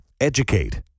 educate